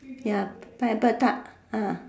ya pineapple Tart ah